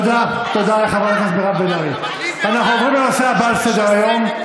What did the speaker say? תודה רבה, אדוני היושב-ראש.